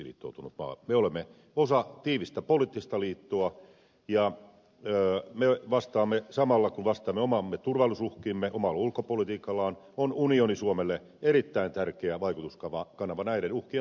me olemme osa tiivistä poliittista liittoa ja samalla kun vastaamme omiin turvallisuusuhkiimme omalla ulkopolitiikallamme on unioni suomelle erittäin tärkeä vaikutuskanava näiden uhkien torjumiseksi